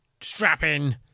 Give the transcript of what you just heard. Strapping